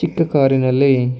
ಚಿಕ್ಕ ಕಾರಿನಲ್ಲಿ